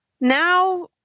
now